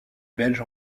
belge